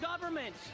government